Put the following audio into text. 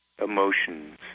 emotions